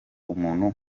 umuntu